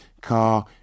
car